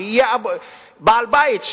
שיהיה בעל-בית,